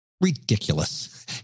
ridiculous